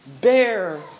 bear